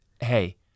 hey